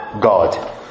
God